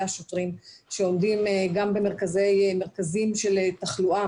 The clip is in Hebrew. השוטרים שעומדים גם במרכזים של תחלואה,